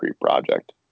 project